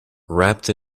wrapped